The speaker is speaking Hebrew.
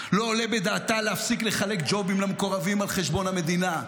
לא עולה בדעתה להפסיק לחלק ג'ובים למקורבים על חשבון המדינה.